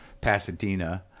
Pasadena